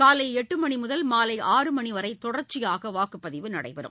காலை எட்டு மணி முதல் மாலை ஆறு மணி வரை தொடர்ச்சியாக வாக்குப்பதிவு நடைபெறும்